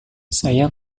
saya